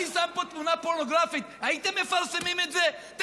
זה מה שהעיתון שלכם מציע, מציע לבחור הישיבה: קח.